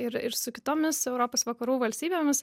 ir ir su kitomis europos vakarų valstybėmis